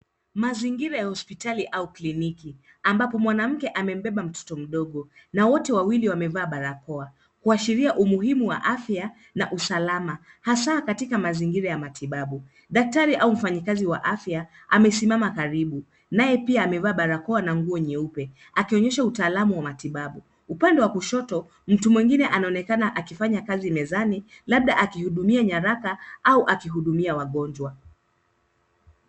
Mazingira ya hospitali au kiliniki. Ambapo mwanamke amembeba mtoto mdogo na wote wawili wamevaa barakoa. Kuashiria umuhimu wa afya na usalama hasaa katika mazingira ya matibabu. Daktari au mfanyakazi wa afya amesimama karibu naye pia amevaa barakoa na nguo nyeupe akionyesha utaalamu wa matibabu. Upande wa kushoto mtu mwingine anaonekana akifanya kazi mezani labda akihudumia nyaraka au akihudumia wagonjwa.